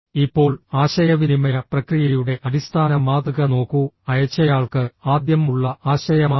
ഇപ്പോൾ ആശയവിനിമയ പ്രക്രിയയുടെ അടിസ്ഥാന മാതൃക നോക്കൂ അയച്ചയാൾക്ക് ആദ്യം ഉള്ള ആശയമാണിത്